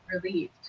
relieved